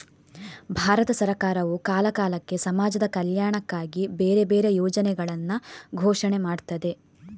ಭಾರತ ಸರಕಾರವು ಕಾಲ ಕಾಲಕ್ಕೆ ಸಮಾಜದ ಕಲ್ಯಾಣಕ್ಕಾಗಿ ಬೇರೆ ಬೇರೆ ಯೋಜನೆಗಳನ್ನ ಘೋಷಣೆ ಮಾಡ್ತದೆ